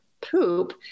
poop